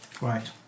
Right